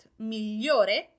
migliore